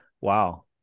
wow